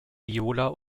viola